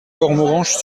cormoranche